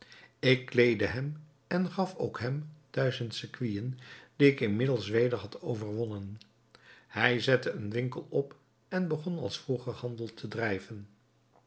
ik kleedde hem en gaf ook hem duizend sequinen die ik inmiddels weder had overgewonnen hij zette een winkel op en begon als vroeger handel te drijven